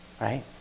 right